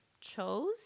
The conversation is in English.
chose